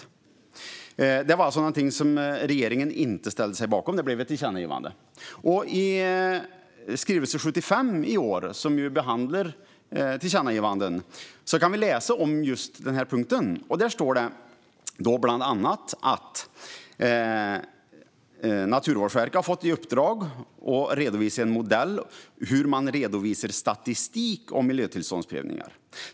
Detta var alltså någonting som regeringen inte ställde sig bakom, så det blev ett tillkännagivande. I regeringens skrivelse 2018/19:75, som behandlar tillkännagivanden, kan vi läsa om just den här punkten. Där står det att Naturvårdsverket har fått i uppdrag att redovisa en modell för hur man redovisar statistik om miljötillståndsprövningar.